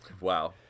Wow